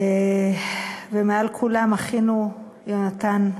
ומעל כולם אחינו יהונתן,